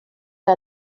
que